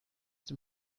dem